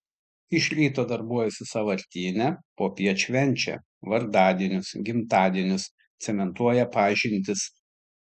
iš ryto darbuojasi sąvartyne popiet švenčia vardadienius gimtadienius cementuoja pažintis